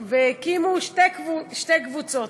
ניסוי והקים שתי קבוצות: